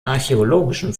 archäologischen